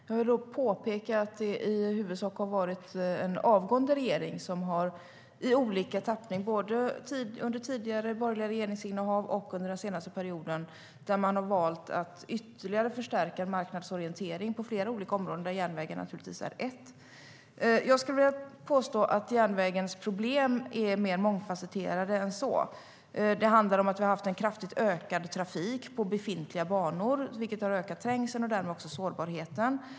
Jag vill dock påpeka att det i huvudsak varit borgerliga regeringar, både tidigare och under den senaste perioden, som valt att förstärka marknadsorienteringen på flera olika områden, varav järnvägen naturligtvis är ett. Jag skulle vilja påstå att järnvägens problem är mer mångfasetterade än så. Vi har haft en kraftigt ökad trafik på befintliga banor, vilket har ökat trängseln och därmed också sårbarheten.